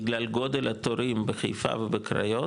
בגלל גודל התורים בחיפה ובקריות,